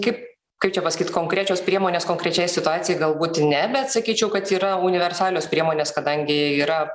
kaip kaip čia pasakyt konkrečios priemonės konkrečiai situacijai galbūt ne bet sakyčiau kad yra universalios priemonės kadangi yra